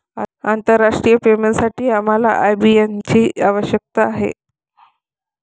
आंतरराष्ट्रीय पेमेंटसाठी आम्हाला आय.बी.एन ची आवश्यकता आहे